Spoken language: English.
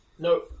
No